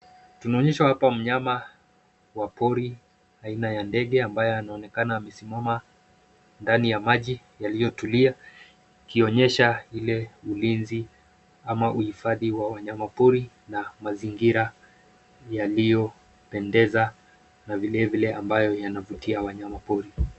Tunaonyeshwa hapa mnyama wa pori aina ya ndege ambaye anaonekana amesimama ndani ya maji yaliyotulia ikionyesha ile ulinzi ama uhifadhi wa wanyama pori na mazingira yaliopendeza na vile vile ambayo yanavutia wanyama pori.